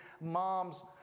mom's